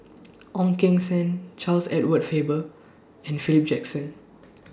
Ong Keng Sen Charles Edward Faber and Philip Jackson